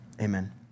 amen